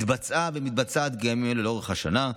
התבצעה ומתבצעת לאורך השנה,